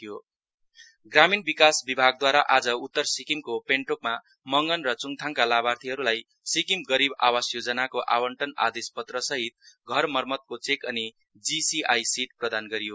गरीब आवास योजना नर्थ ग्रामीण विकास विभागद्वारा आज उत्तर सिक्किमको पेन्टोकमा मंगन र चुङथाङका लाभार्थीहरूलाई सिक्किम गरीब आवास योजनाको आवन्टन आदेश पत्र सहित घर मरम्मतको चेक अनि जिसिआई सिट प्रदान गरियो